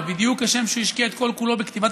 ובדיוק כשם שהוא השקיע את כל-כולו בכתיבת